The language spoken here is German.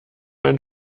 einen